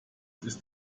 ist